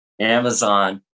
Amazon